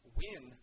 win